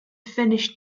finished